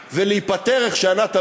ולהיפטר, איך שענת אמרה: